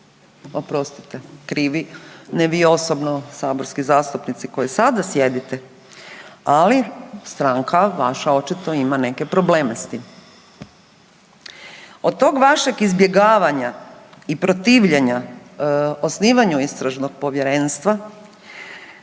Oprostite, krivi, ne vi osobno saborski zastupnici koji sada sjedite, ali stranka vaša očito ima neke probleme s tim. Od tog vašeg izbjegavanja i protivljenja osnivanju Istražnog povjerenstva